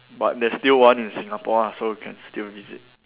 but there's still one in Singapore ah so you can still visit